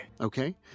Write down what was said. Okay